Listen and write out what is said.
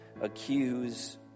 accuse